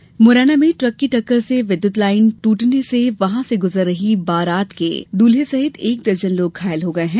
दुर्घटना मुरैना में ट्रक की टक्कर से विद्युत लाइन टूटने से वहां से गुजर रही बारात के दूल्हा सहित एक दर्जन लोग घायल हो गए है